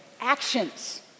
actions